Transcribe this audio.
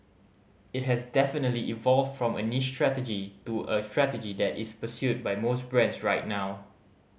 it has definitely evolved from a niche strategy to a strategy that is pursued by most brands right now